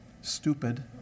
stupid